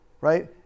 right